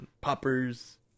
poppers